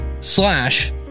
slash